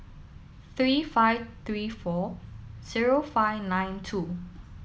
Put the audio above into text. three five three four zero five nine two